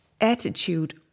attitude